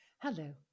Hello